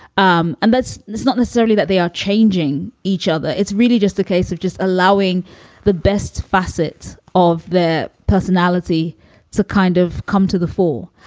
um and that's not necessarily that they are changing each other. it's really just a case of just allowing the best facets of their personality to kind of come to the fore.